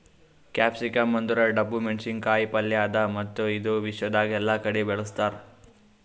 capsicum ಅಂದುರ್ ಡಬ್ಬು ಮೆಣಸಿನ ಕಾಯಿ ಪಲ್ಯ ಅದಾ ಮತ್ತ ಇದು ವಿಶ್ವದಾಗ್ ಎಲ್ಲಾ ಕಡಿ ಬೆಳುಸ್ತಾರ್